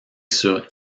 sur